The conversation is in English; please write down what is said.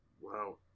Wow